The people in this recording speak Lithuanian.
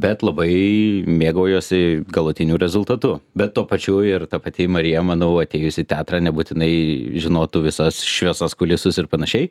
bet labai mėgaujuosi galutiniu rezultatu bet tuo pačiu ir ta pati marija manau atėjus į teatrą nebūtinai žinotų visas šviesas kulisus ir panašiai